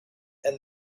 and